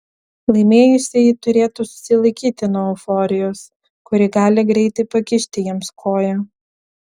laimėjusieji turėtų susilaikyti nuo euforijos kuri gali greitai pakišti jiems koją